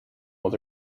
was